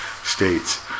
States